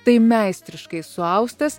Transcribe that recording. tai meistriškai suaustas